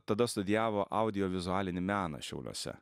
tada studijavo audiovizualinį meną šiauliuose